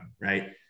right